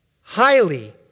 highly